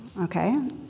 okay